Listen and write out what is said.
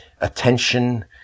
attention